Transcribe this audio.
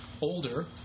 older